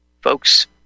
Folks